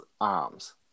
arms